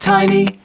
Tiny